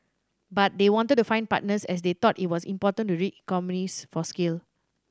but they wanted to find partners as they thought it was important to reap economies for scale